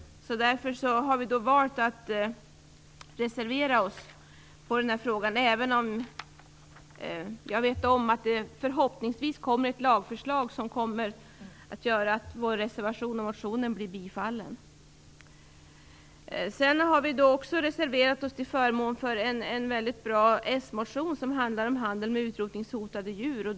Vi har därför valt att reservera oss på denna punkt, även om jag vet att man kan hoppas på att det skall komma ett lagförslag som innebär att motionen och vår reservation tillgodoses. Vi har också reserverat oss till förmån för en mycket bra s-motion om handel med utrotningshotade djur.